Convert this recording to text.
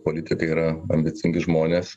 politikai yra ambicingi žmonės